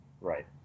right